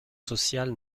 sociales